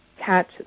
catch